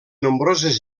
nombroses